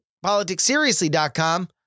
Politicsseriously.com